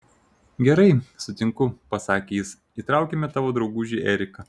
gerai sutinku pasakė jis įtraukime tavo draugužį eriką